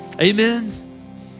Amen